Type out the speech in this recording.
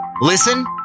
Listen